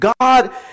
God